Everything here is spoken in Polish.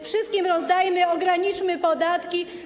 Wszystkim rozdajmy, ograniczmy podatki.